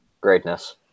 Greatness